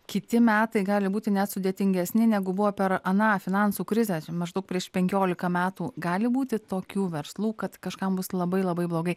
kiti metai gali būti net sudėtingesni negu buvo per aną finansų krizę maždaug prieš penkiolika metų gali būti tokių verslų kad kažkam bus labai labai blogai